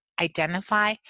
identify